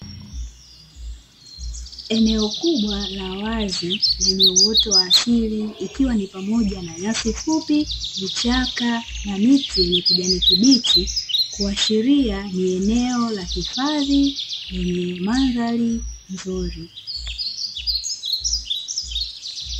Eneo kubwa la wazi lenye uoto wa asili ikiwa ni pamoja na nyasi fupi, vichaka na miti yenye kijani kibichi, kuashiria ni eneo la hifadhi lenye mandhari nzuri.